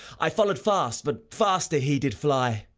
i followed fast, but faster he did fly,